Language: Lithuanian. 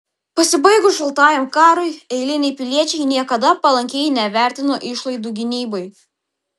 pasibaigus šaltajam karui eiliniai piliečiai niekada palankiai nevertino išlaidų gynybai